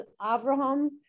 Avraham